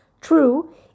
True